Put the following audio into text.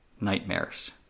nightmares